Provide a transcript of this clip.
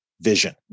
vision